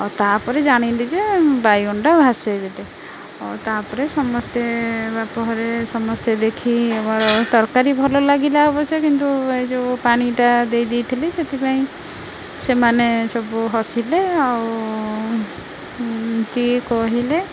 ଆଉ ତାପରେ ଜାଣିଲି ଯେ ବାଇଗଣଟା ଭାସେ ବୋଲି ଆଉ ତାପରେ ସମସ୍ତେ ବାପ ଘରେ ସମସ୍ତେ ଦେଖି ତରକାରୀ ଭଲ ଲାଗିଲା ଅବଶ୍ୟ କିନ୍ତୁ ଏ ଯେଉଁ ପାଣିଟା ଦେଇ ଦେଇଥିଲି ସେଥିପାଇଁ ସେମାନେ ସବୁ ହସିଲେ ଆଉ କିଏ କହିଲେ